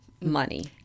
money